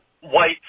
white